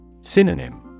Synonym